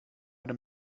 them